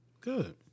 Good